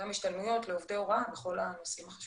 גם השתלמויות לעובדי הוראה וכל הנושאים החשובים האלה.